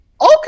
Okay